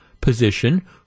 position